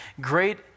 Great